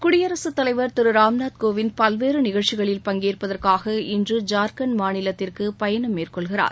குடியரசு தலைவர் திரு ராம்நாத் கோவிந்த் பல்வேறு நிகழ்ச்சிகளில் பங்கற்பதற்காக இன்று ஜார்கண்ட் மாநிலத்திற்கு பயணம் மேற்கொள்கிறார்